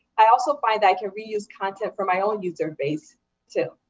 i also find i can reuse content for my own user base too.